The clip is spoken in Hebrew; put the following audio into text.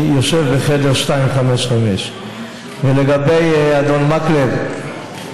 אני יושב בחדר 255. לגבי אדון מקלב,